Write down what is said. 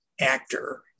actor